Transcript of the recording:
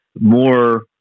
more